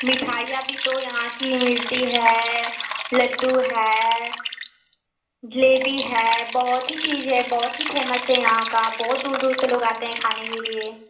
मिठाइयाँ भी यहाँ की तो इमरती है लड्डू है जलेबी है बहुत ही चीज़ है बहुत ही फेमस है यहाँ का बहुत दूर दूर से लोग आते हैं खाने के लिए